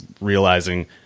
realizing